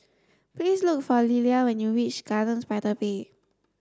please look for Lelia when you reach Gardens by the Bay